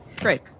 Great